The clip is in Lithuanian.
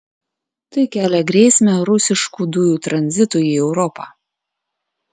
tai kelia grėsmę rusiškų dujų tranzitui į europą